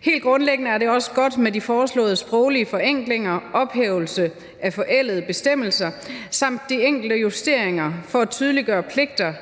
Helt grundlæggende er det også godt med de foreslåede sproglige forenklinger, ophævelse af forældede bestemmelser samt de enkelte justeringer for at tydeliggøre pligter